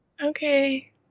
Okay